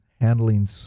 handling